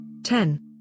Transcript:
10